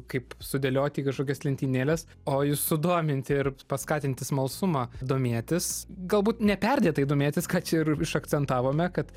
kaip sudėlioti į kažkokias lentynėles o jus sudominti ir paskatinti smalsumą domėtis galbūt ne perdėtai domėtis ką čia ir iš akcentavome kad